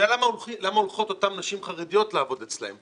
השאלה למה הולכות אותן נשים חרדיות לעבוד אצלם.